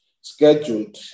scheduled